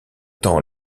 temps